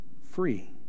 free